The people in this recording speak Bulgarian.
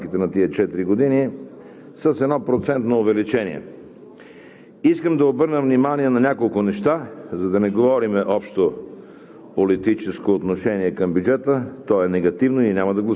като философия на структурирането на тези разходи в рамките на тези четири години с едно процентно увеличение. Искам да обърна внимание на няколко неща, за да не говорим с общо